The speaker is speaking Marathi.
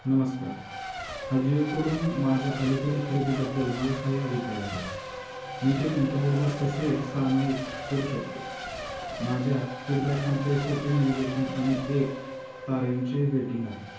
नमस्कार आजिएकडून माझ्या अलीकडील खरेदीबद्दल मला काही अभिप्राय आहेत मी ते तुमच्याबरोबर कसे सामायिक करू शकतो माझ्या फीडबॅकमध्ये सोपे नेविगेशन आणि एक ताऱ्यांचे रेटिंग आहे